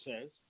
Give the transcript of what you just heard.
says